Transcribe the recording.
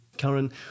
Karen